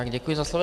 Děkuji za slovo.